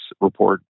report